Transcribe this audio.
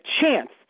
chance